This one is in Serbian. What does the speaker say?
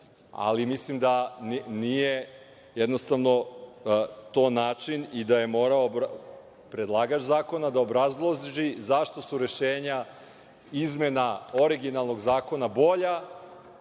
Mislim da nije jednostavno način i da je morao predlagač zakona da obrazloži zašto su rešenja izmena originalnog zakona bolja,